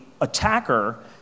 attacker